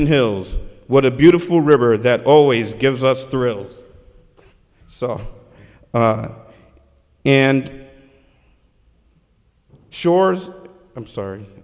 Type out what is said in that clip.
and hills what a beautiful river that always gives us thrills saw and shores i'm sorry